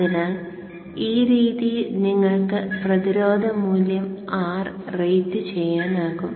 അതിനാൽ ഈ രീതിയിൽ നിങ്ങൾക്ക് പ്രതിരോധ മൂല്യം R റേറ്റുചെയ്യാനാകും